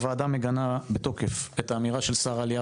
הוועדה מגנה בתוקף את האמירה של שר העלייה